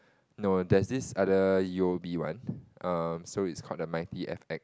no there's this other u_o_b one um so it's called the mighty F_X